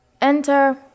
Enter